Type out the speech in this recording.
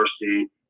university